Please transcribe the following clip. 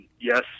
Yes